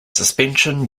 suspension